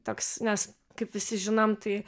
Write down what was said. toks nes kaip visi žinom tai